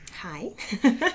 hi